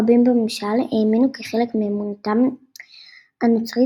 רבים בממשל האמינו כחלק מאמונתם הנוצרית,